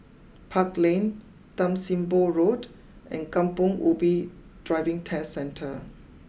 Park Lane Tan Sim Boh Road and Kampong Ubi Driving Test Centre